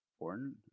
important